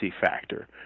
factor